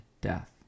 death